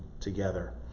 together